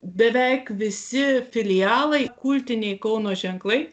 beveik visi filialai kultiniai kauno ženklai